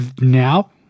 now